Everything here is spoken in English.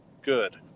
Good